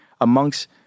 amongst